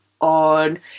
on